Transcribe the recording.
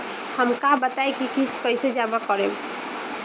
हम का बताई की किस्त कईसे जमा करेम?